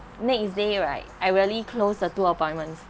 next day right I really closed the two appointments